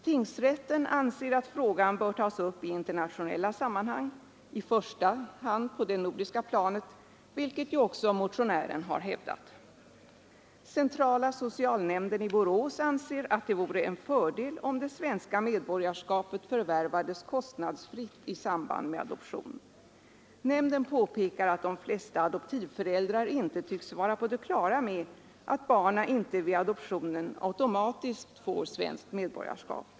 Tingsrätten anser att frågan bör tas upp i internationella sammanhang, i första hand på det nordiska planet, vilket ju också motionären har hävdat. Centrala socialnämnden i Borås anser att det vore en fördel om det svenska medborgarskapet förvärvades kostnadsfritt i samband med adoptionen. Nämnden påpekar att de flesta adoptivföräldrar inte tycks vara på det klara med att barnen vid adoptionen inte automatiskt får svenskt medborgarskap.